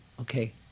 Okay